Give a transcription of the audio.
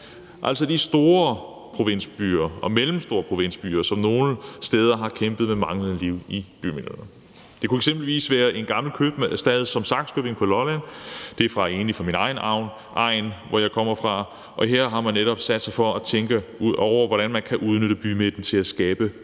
altså de store provinsbyer og mellemstore provinsbyer, som nogle steder har kæmpet med manglende liv i bymidterne. Det kunne eksempelvis være en gammel købstad som Sakskøbing på Lolland. Det er egentlig min egen egn, der, hvor jeg kommer fra, og her har man netop sat sig for at tænke over, hvordan man kan udnytte bymidten til at skabe nye